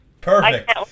Perfect